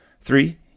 Three